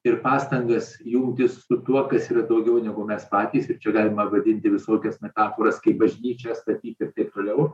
ir pastangas jungtis su tuo kas yra daugiau negu mes patys ir čia galima vadinti visokias metaforas kaip bažnyčią statyt ir taip toliau